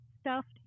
stuffed